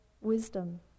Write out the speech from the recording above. wisdom